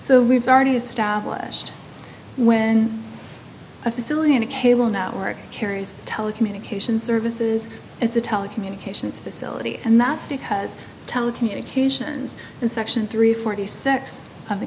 so we've already established when a facility in a cable network carries telecommunications services it's a telecommunications facility and that's because telecommunications in section three forty six of the